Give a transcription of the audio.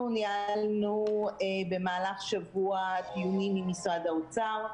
ניהלנו במהלך שבוע דיונים עם משרד האוצר.